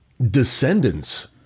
Descendants